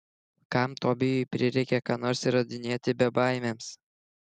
kam tobijui prireikė ką nors įrodinėti bebaimiams